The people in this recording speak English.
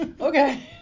Okay